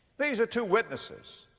these are two witnesses.